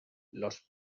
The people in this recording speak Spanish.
los